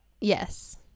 Yes